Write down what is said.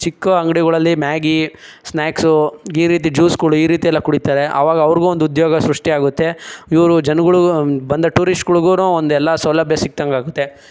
ಚಿಕ್ಕ ಅಂಗಡಿಗಳಲ್ಲಿ Maggi snacks ಈ ರೀತಿ ಜ್ಯೂಸ್ಗಳು ಈ ರೀತಿಯೆಲ್ಲ ಕುಡೀತಾರೆ ಆವಾಗ ಅವ್ರಿಗೂ ಒಂದು ಉದ್ಯೋಗ ಸೃಷ್ಟಿಯಾಗುತ್ತೆ ಇವರು ಜನಗಳ್ಗೂ ಬಂದ ಟೂರಿಷ್ಟ್ಗಳ್ಗೂ ಒಂದು ಎಲ್ಲ ಸೌಲಭ್ಯ ಸಿಕ್ಕಿದಂತಾಗುತ್ತೆ